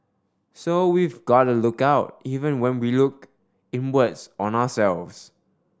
so we've got to look out even when we look inwards on ourselves